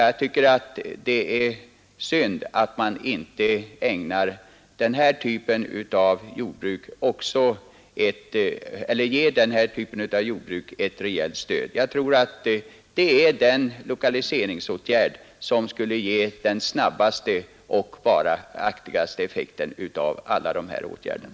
Jag tycker det är synd att den här typen av jordbruk inte får ett rejält stöd. Jag tror att det vore den lokaliseringsäåtgärd som skulle ge den snabbaste och varaktigaste effekten av alla de vidtagna åtgärderna.